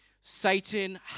Satan